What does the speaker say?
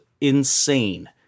insane